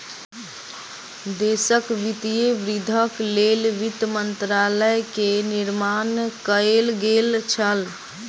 देशक वित्तीय वृद्धिक लेल वित्त मंत्रालय के निर्माण कएल गेल छल